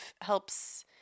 helps